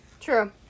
True